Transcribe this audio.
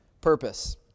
purpose